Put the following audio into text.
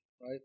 right